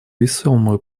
весомую